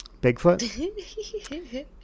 bigfoot